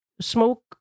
smoke